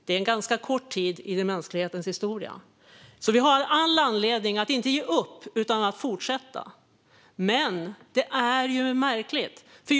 Det är ganska kort tid i mänsklighetens historia, så vi har anledning att inte ge upp utan fortsätta. Men det är märkligt, fru talman.